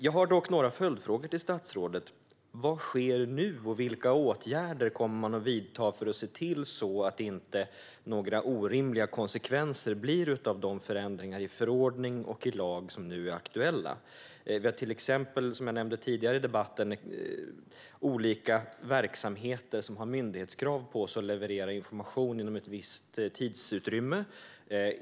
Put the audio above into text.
Jag har dock några följdfrågor till statsrådet. Vad sker nu? Vilka åtgärder kommer man att vidta för att se till att det inte blir några orimliga konsekvenser av de aktuella förändringarna i förordning och lag? Som jag nämnde tidigare i debatten har olika verksamheter myndighetskrav på sig att leverera information inom ett visst tidsutrymme.